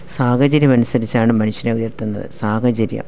സാഹചര്യമനുസരിച്ചാണ് മനുഷ്യരെ ഉയർത്തുന്നത് സാഹചര്യം